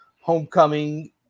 homecoming